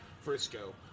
Frisco